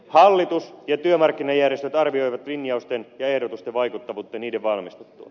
hallitus ja työmarkkinajärjestöt arvioivat linjausten ja ehdotusten vaikuttavuutta niiden valmistuttua